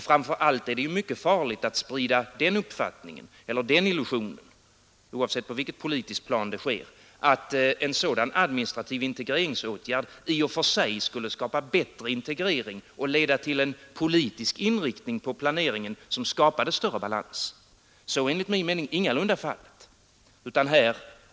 Framför allt är det mycket farligt att sprida illusionen, oavsett på vilket politiskt plan det sker, att en sådan administrativ integreringsåtgärd i och för sig skulle skapa bättre total integrering och leda till en politisk inriktning på planeringen som kunde skapa större balans. Så är enligt min mening ingalunda fallet.